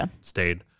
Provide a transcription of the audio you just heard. stayed